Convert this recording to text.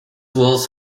was